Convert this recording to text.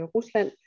Rusland